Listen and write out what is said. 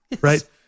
Right